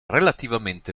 relativamente